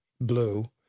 blue